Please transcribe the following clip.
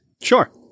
Sure